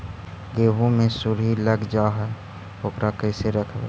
गेहू मे सुरही लग जाय है ओकरा कैसे रखबइ?